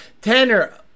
Tanner